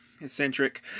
eccentric